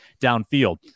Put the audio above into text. downfield